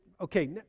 okay